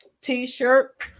t-shirt